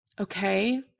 okay